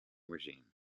regime